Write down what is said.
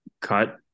cut